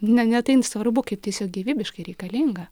ne ne tain svarbu kaip tiesiog gyvybiškai reikalinga